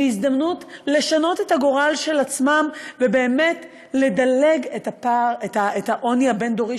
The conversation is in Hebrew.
מהזדמנות לשנות את הגורל של עצמם ובאמת לדלג את העוני הבין-דורי,